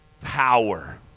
power